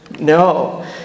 No